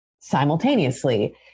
simultaneously